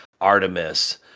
Artemis